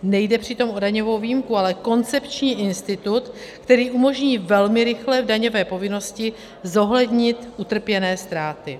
Nejde přitom o daňovou výjimku, ale koncepční institut, který umožní velmi rychle v daňové povinnosti zohlednit utrpěné ztráty.